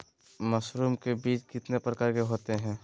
Mushroom का बीज कितने प्रकार के होते है?